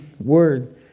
word